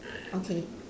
okay